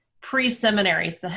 pre-seminary